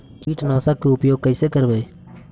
कीटनाशक के उपयोग कैसे करबइ?